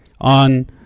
on